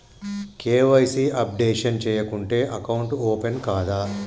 KYC updation చేయకుంటే account open కాదా?